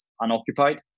unoccupied